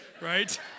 right